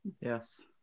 yes